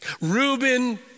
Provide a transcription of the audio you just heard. Reuben